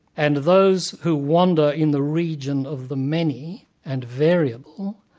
and those who wander in the region of the many and variable,